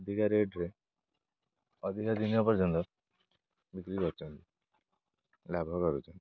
ଅଧିକା ରେଟ୍ରେ ଅଧିକା ଦିନ ପର୍ଯ୍ୟନ୍ତ ବିକ୍ରି କରୁଛନ୍ତି ଲାଭ କରୁଛନ୍ତି